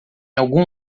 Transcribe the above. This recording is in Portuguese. algum